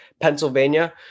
Pennsylvania